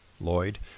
Lloyd